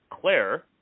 Claire